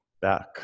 back